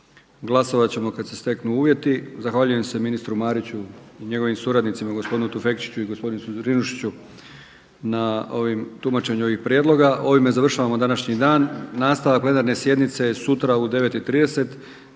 Glasovat ćemo kad se steknu uvjeti. Zahvaljujem se ministru Mariću i njegovim suradnicima gospodinu Tufekčiću i gospodinu Zrinušiću na tumačenju ovih prijedloga. Ovime završavamo današnji dan. Nastavak plenarne sjednice je sutra u 9:30